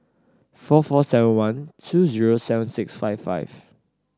four four seven one two zero seven six five five